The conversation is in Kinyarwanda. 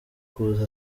kuza